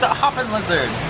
ah hoppin' lizard!